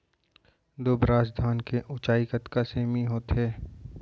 दुबराज धान के ऊँचाई कतका सेमी होथे?